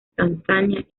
tanzania